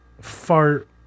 fart